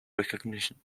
recognition